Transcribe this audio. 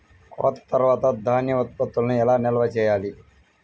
కోత తర్వాత ధాన్య ఉత్పత్తులను ఎలా నిల్వ చేయాలి?